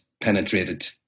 penetrated